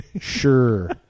Sure